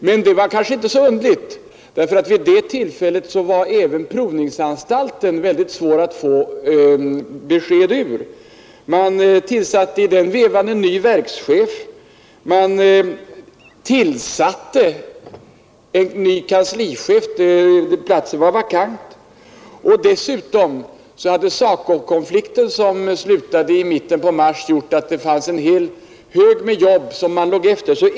Men det var kanske inte så underligt, därför att vid det tillfället var det även svårt att få besked från provningsanstalten. Man tillsatte i den vevan en ny verkschef, man tillsatte en ny kanslichef — platsen var vakant — och dessutom hade SACO-konflikten, som slutade i mitten på mars, medfört att man låg efter med en hel del arbete.